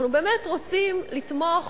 אנחנו באמת רוצים לתמוך